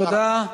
תודה.